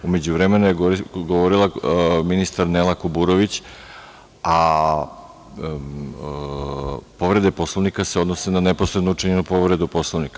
U međuvremenu je govorila ministar Nela Kuburović, a povrede Poslovnika se odnose na neposredno učinjenu povredu Poslovnika.